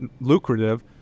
lucrative